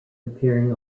appearing